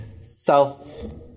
self-